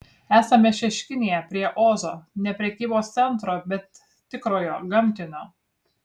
esame šeškinėje prie ozo ne prekybos centro bet tikrojo gamtinio